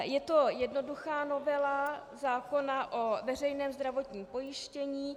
Je to jednoduchá novela zákona o veřejném zdravotním pojištění.